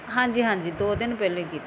ਹਾਂਜੀ ਹਾਂਜੀ ਦੋ ਦਿਨ ਪਹਿਲਾਂ ਹੀ ਕੀਤੀ ਸੀ ਜੀ